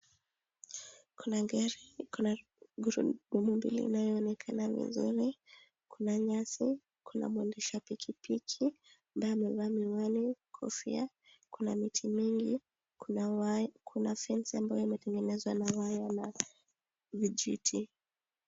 Kuna gari iko na grumu mbili inayoonekana vizuri. Kuna nyasi, kuna mwendesha pikipiki ambaye amevaa miwani, kofia. Kuna miti mingi, kuna kuna fence ambayo imetengenezwa na waya na vijiti.